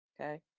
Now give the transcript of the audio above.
Okay